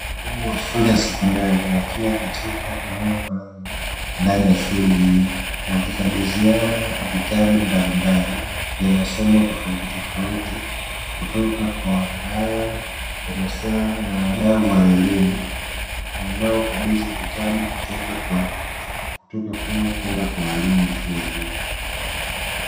Walimu ya shule ya sekondari wakiwa katika eneo maalumu ndani ya shule hiyo, wakikabidhiana vitabu mbalimbali vya masomo tofautitofauti kutoka kwa wataalamu wa maswala na wadau wa elimu. Wanaokabidhi vitabu kutoka kwao kwenda kwa walimu wa shule hiyo.